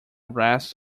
rest